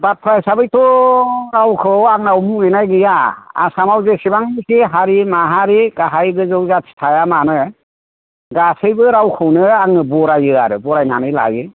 बाथ्रा हिसाबैथ' रावखौ आंनाव मुगैनाय गैया आसामाव जेसेबांखि हारि माहारि गाहाय गोजौ जाथि थायामानो गासैबो रावखौनो आङो बरायो आरो बरायनानै लायो